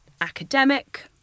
academic